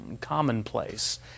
commonplace